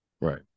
Right